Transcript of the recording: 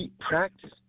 Practice